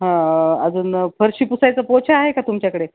हां अजून फरशी पुुसायचं पोछा आहे का तुमच्याकडे